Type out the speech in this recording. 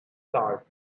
start